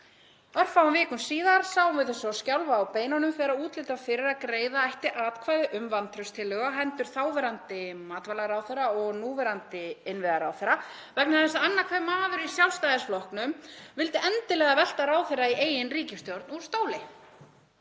Örfáum vikum síðar sáum við þau svo skjálfa á beinunum þegar útlit var fyrir að greiða ætti atkvæði um vantrauststillögu á hendur þáverandi matvælaráðherra og núverandi innviðaráðherra vegna þess að annar hver maður í Sjálfstæðisflokknum vildi endilega velta ráðherra í eigin ríkisstjórn úr stóli.